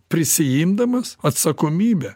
prisiimdamas atsakomybę